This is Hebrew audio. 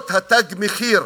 פעולות "תג המחיר".